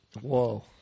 Whoa